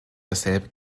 dasselbe